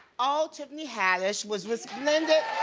oh, tiffany haddish was resplendent